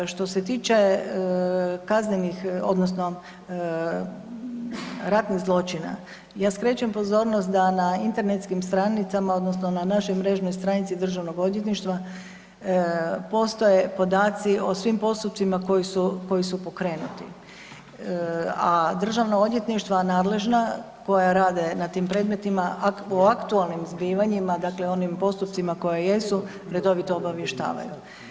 Što se tiče kaznenih odnosno ratnih zločina, ja skrećem pozornost da na internetskim stranicama odnosno na našoj mrežnoj stranici DORH-a postoje podaci o svim postupcima koji su pokrenuti, a državna odvjetništva nadležna koja rade na tim predmetima o aktualnim zbivanjima dakle onim postupcima koje jesu, redovito obavještavaju.